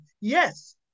Yes